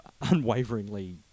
unwaveringly